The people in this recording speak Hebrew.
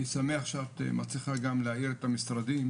אני שמח שאת מצליחה גם להעיר את המשרדים